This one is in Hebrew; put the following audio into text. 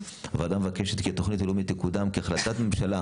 3. הוועדה מבקשת כי התוכנית הלאומית תקודם כהחלטת ממשלה,